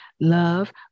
love